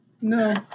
No